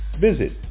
visit